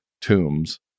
tombs